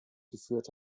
geführt